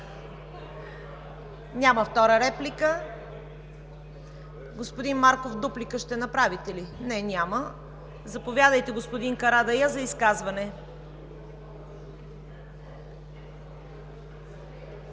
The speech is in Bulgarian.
Втора реплика? Няма. Господин Марков, дуплика ще направите ли? Не. Заповядайте, господин Карадайъ, за изказване.